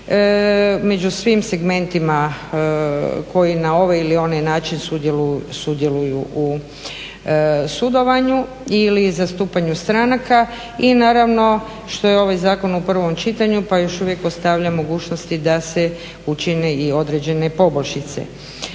među svim segmentima koji na ovaj ili onaj način sudjeluju u sudovanju ili zastupanju stranaka i naravno što je ovaj zakon u prvom čitanju pa još uvijek ostavlja mogućnosti da se učine i određene poboljšice.